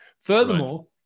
Furthermore